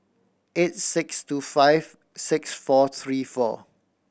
eight six two five six four three four